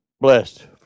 blessed